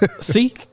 See